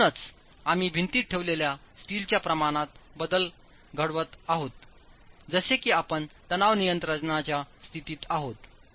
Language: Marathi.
आणि म्हणूनच आम्ही भिंतीत ठेवलेल्या स्टीलच्या प्रमाणात बदल घडवत आहोत जसे की आपण तणाव नियंत्रणाच्या स्थितीत आहोत